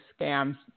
scams